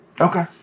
Okay